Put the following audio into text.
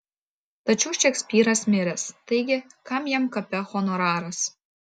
tačiau šekspyras miręs taigi kam jam kape honoraras